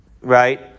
right